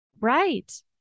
Right